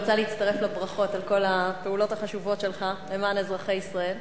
אני רוצה להצטרף לברכות על כל הפעולות החשובות שלך למען אזרחי ישראל,